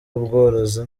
ubworozi